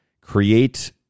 create